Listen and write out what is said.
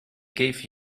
gave